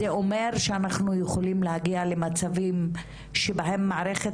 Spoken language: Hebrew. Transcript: זה אומר שאנחנו יכולים להגיע למצבים שבהם מערכת